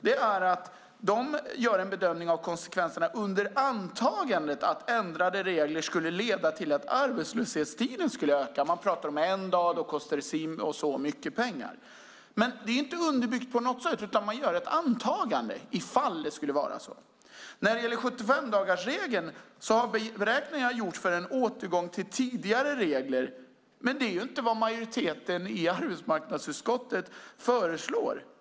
De gör en bedömning av konsekvenserna under antagandet att ändrade regler skulle leda till att arbetslöshetstiden skulle öka. Man talar om att en dag kostar si och så mycket pengar. Men det är inte underbyggt på något sätt, utan man gör ett antagande ifall det skulle vara så. När det gäller 75-dagarsreglen har beräkningar gjorts för en återgång till tidigare regler. Men det är inte vad majoriteten i arbetsmarknadsutskottet föreslår.